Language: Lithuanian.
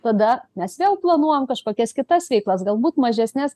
tada mes vėl planuojam kažkokias kitas veiklas galbūt mažesnes